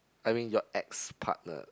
I mean your ex partner